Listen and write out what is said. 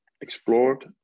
explored